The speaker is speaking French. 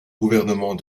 gouvernement